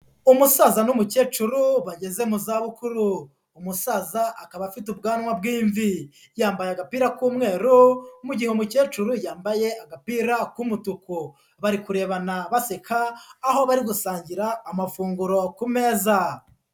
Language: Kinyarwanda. Umusaza n'umukecuru bageze mu zabukuru, umusaza akaba afite ubwanwa bw'imvi, yambaye agapira k'umweru mu gihe umukecuru yambaye agapira k'umutuku, bari kurebana baseka aho bari gusangira amafunguro ku meza.